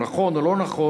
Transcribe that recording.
הוא נכון או לא נכון,